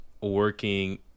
working